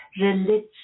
Religion